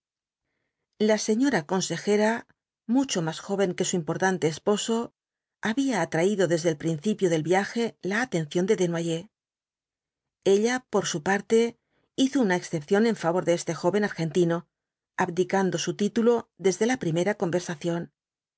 la señora consejera mucho más joven que su importante esposo había atraído desde el principio del viaje la atención de desnoyers ella por su parte hizo una excepción en favor de este joven argentino abdicando su título desde la primera conversación